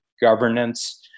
governance